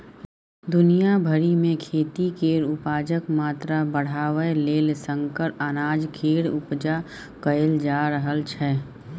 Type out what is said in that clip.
दुनिया भरि मे खेती केर उपजाक मात्रा बढ़ाबय लेल संकर अनाज केर उपजा कएल जा रहल छै